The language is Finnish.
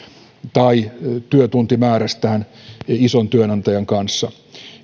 tai työtuntimäärästään ison työnantajan kanssa